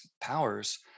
powers